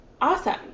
Awesome